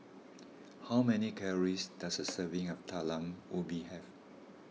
how many calories does a serving of Talam Ubi have